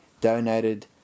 donated